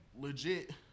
legit